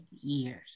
years